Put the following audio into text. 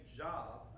job